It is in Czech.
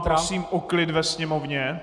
Prosím o klid ve Sněmovně.